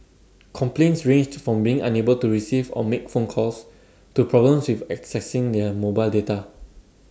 complaints ranged from being unable to receive or make phone calls to problems with accessing their mobile data